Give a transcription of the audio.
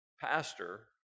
Pastor